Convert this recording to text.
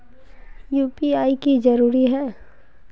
UPI की जरूरी है?